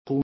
på